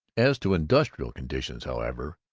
as to industrial conditions, however,